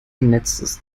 netzes